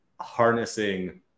harnessing